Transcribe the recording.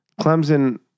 Clemson